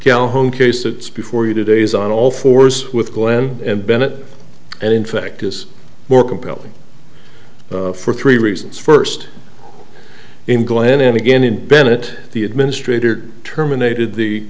home case it's before you today is on all fours with glenn and bennett and in fact is more compelling for three reasons first in glen and again in bennett the administrator terminated the